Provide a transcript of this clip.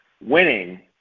Winning